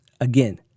Again